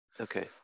Okay